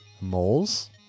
moles